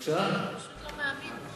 הוא פשוט לא מאמין.